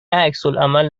عکسالعمل